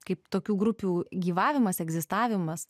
kaip tokių grupių gyvavimas egzistavimas